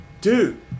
Dude